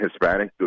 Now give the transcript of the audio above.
Hispanic